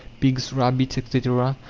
pigs, rabbits, etc.